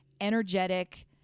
energetic